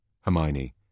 Hermione